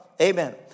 Amen